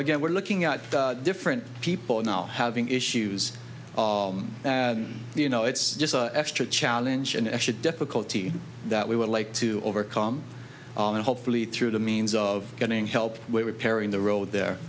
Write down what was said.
again we're looking at different people now having issues you know it's just extra challenge an extra difficulty that we would like to overcome and hopefully through the means of getting help with repairing the road there